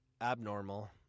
abnormal